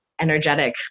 energetic